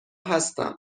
هستم